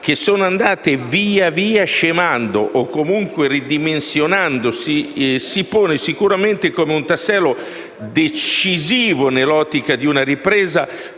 che sono andate via via scemando o ridimensionandosi, questo si pone sicuramente come un tassello decisivo nell'ottica di una ripresa